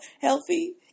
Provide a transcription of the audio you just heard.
healthy